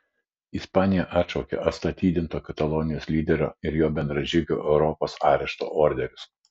ispanija atšaukė atstatydinto katalonijos lyderio ir jo bendražygių europos arešto orderius